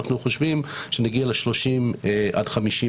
אנחנו חושבים שנגיע ל-30,000-50,000.